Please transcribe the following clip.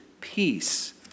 peace